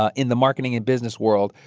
ah in the marketing and business world,